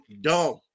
dumb